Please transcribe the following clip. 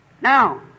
Now